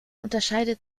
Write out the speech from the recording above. unterscheidet